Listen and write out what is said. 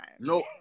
No